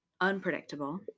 unpredictable